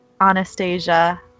Anastasia